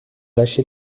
lâché